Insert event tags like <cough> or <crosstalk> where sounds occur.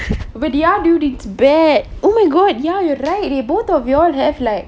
<laughs> but ya do it's bad oh my god ya you're right you both of you all have like